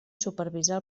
supervisar